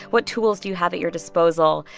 what tools do you have at your disposal,